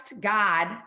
God